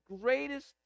greatest